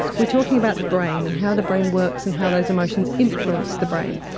we are talking about the brain and how the brain works and how those emotions influence the brain.